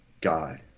God